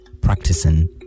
practicing